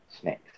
snakes